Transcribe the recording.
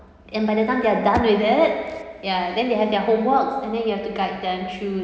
and by the time they're done with it ya then they have their homework and then you have to guide them through